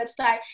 website